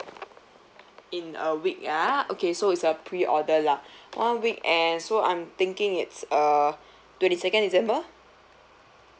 in a week ah okay so it's a pre-order lah one week and so I'm thinking it's err twenty second december